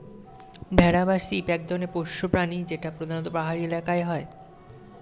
ভেড়া বা শিপ এক ধরনের পোষ্য প্রাণী যেটা প্রধানত পাহাড়ি এলাকায় হয়